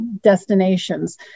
destinations